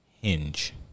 Hinge